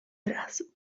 razu